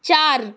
চার